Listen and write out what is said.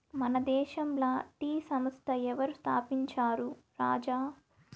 మన దేశంల టీ సంస్థ ఎవరు స్థాపించారు రాజా